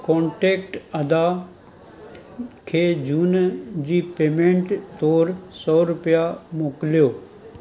contact अदा खे जून जी पेमेंट तौर सौ रुपिया मोकिलियो